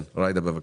ג'ידא, בבקשה.